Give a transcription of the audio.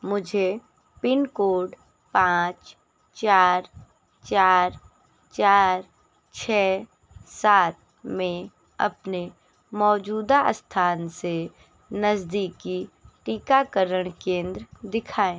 मुझे पिनकोड पाँच चार चार चार छः सात में अपने मौजूदा अस्थान से नज़दीकी टीकाकरण केंद्र दिखाएँ